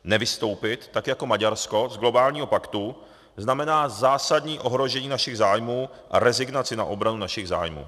Nevystoupit tak jako Maďarsko z globálního paktu znamená zásadní ohrožení našich zájmů a rezignaci na obranu našich zájmů.